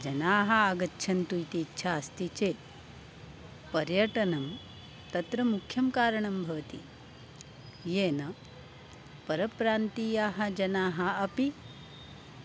जनाः आगच्छन्तु इति इच्छा अस्ति चेत् पर्यटनं तत्र मुख्यं कारणं भवति येन परप्रान्तीयाः जनाः अपि